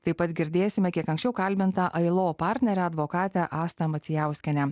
taip pat girdėsime kiek anksčiau kalbintą ailo partnerę advokatę astą macijauskienę